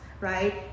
right